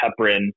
heparin